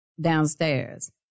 downstairs